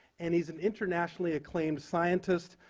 and he's an internationally-acclaimed scientist,